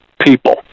people